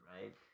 right